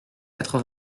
quatre